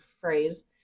phrase